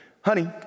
Honey